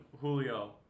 Julio